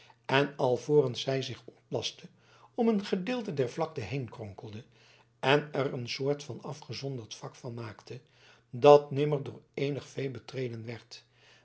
en alvorens zij zich ontlastte om een gedeelte der vlakte heenkronkelde en er een soort van afgezonderd vak van maakte dat nimmer door eenig vee betreden werd